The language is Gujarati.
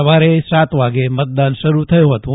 સવારે સાત વાગે મતદાન શરૂ થયું હતું